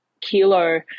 kilo